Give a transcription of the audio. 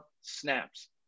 snaps